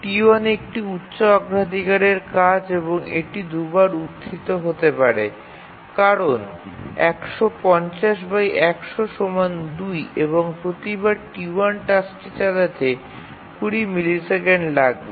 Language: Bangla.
T1 একটি উচ্চ অগ্রাধিকারের কাজ এবং এটি ২ বার উত্থিত হতে পারে কারণ এবং প্রতিবার T1 টাস্কটি চালাতে ২০ মিলিসেকেন্ড লাগবে